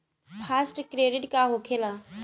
Fast credit का होखेला?